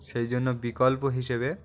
সেই জন্য বিকল্প হিসেবে